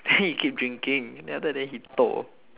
then he keep drinking then after that then he toh